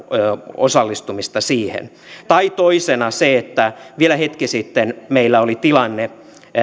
osallistumista siihen toisena on se että vielä hetki sitten meillä oli tilanne